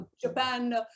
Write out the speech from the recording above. Japan